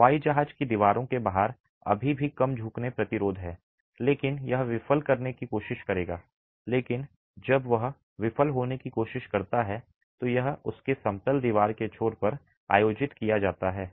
हवाई जहाज़ की दीवारों के बाहर अभी भी कम झुकने प्रतिरोध है लेकिन यह विफल करने की कोशिश करेगा लेकिन जब वह विफल होने की कोशिश करता है तो यह उसके समतल दीवार के छोर पर आयोजित किया जाता है